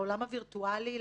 לעולם הווירטואלי,